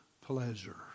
pleasure